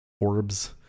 orbs